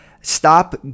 stop